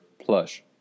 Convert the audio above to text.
plush